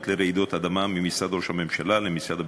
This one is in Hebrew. לרעידות אדמה ממשרד ראש הממשלה למשרד הביטחון.